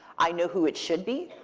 i knew who it should be.